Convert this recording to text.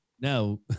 Now